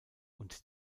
und